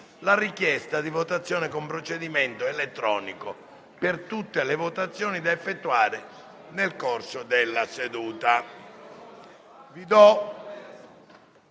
la richiesta di votazione con procedimento elettronico per tutte le votazioni da effettuare nel corso della seduta.